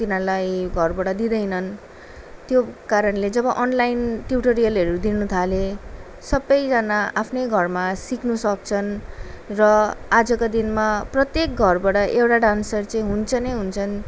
तिनीहरूलाई घरबाट दिँदैनन् त्यो कारणले जब अनलाइन ट्युटोरियलहरू दिनुथाले सबैजना आफ्नै घरमा सिक्नुसक्छन् र आजको दिनमा प्रत्येक घरबाट एउटा डान्सर चाहिँ हुन्छ नै हुन्छन्